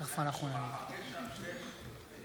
התשפ"ב 2022. תודה.